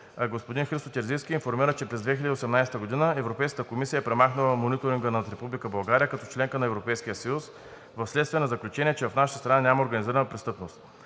господин Христо Терзийски информира, че през 2018 г. Европейската комисия е премахнала мониторинга над Република България като членка на Европейския съюз вследствие на заключение, че в нашата страна няма организирана престъпност.